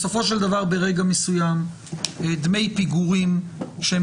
בסופו של דבר ברגע מסוים דמי פיגורים שהם